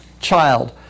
child